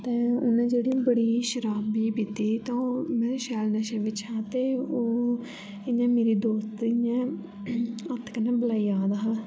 ते ओहनै जेह्डी बड़ी शराब बी पीती दी ही ते ओह् शैल नशै च हा ओह् ते ओह् इ'यां मेरे दोस्त इ'यां कन्नै हत्थ कन्नै मलाई अक्खादा हा